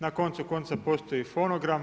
Na koncu, konca postoji fonogram.